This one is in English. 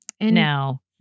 Now